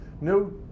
no